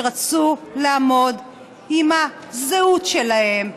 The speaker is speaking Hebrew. שרצו לעמוד עם הזהות שלהן,